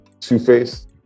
Two-Face